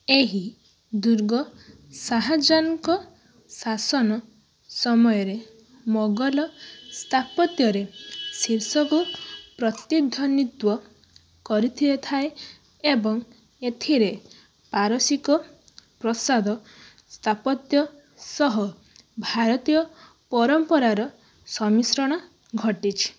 ଏହି ଦୁର୍ଗ ଶାହଜାହାନଙ୍କ ଶାସନ ସମୟରେ ମୋଗଲ ସ୍ଥାପତ୍ୟର ଶୀର୍ଷକୁ ପ୍ରତିନିଧିତ୍ୱ କରିଥାଏ ଏବଂ ଏଥିରେ ପାରସିକ ପ୍ରାସାଦ ସ୍ଥାପତ୍ୟ ସହ ଭାରତୀୟ ପରମ୍ପରାର ସମ୍ମିଶ୍ରଣ ଘଟିଛି